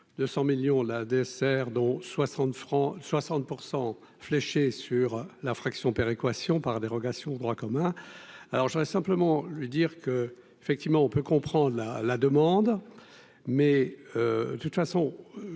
200 millions la DSR dont 60 francs 60 pour 100 fléché sur l'infraction péréquation par dérogation au droit commun, alors je voudrais simplement lui dire que, effectivement, on peut comprendre la la demande, mais de toute façon